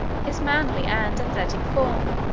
his manly and athletic form,